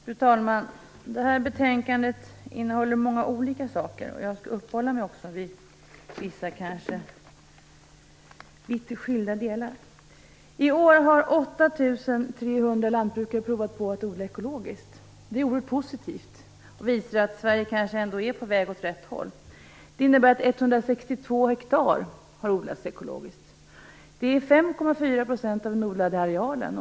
Fru talman! Detta betänkande innehåller många olika saker. Jag skall också uppehålla mig vid litet skilda delar. I år har 8 300 lantbrukare provat på att odla ekologiskt. Det är oerhört positivt. Det visar att Sverige kanske ändå är på väg åt rätt håll. Det innebär att 162 hektar har odlats ekologiskt. Det är 5,4 % av den odlade arealen.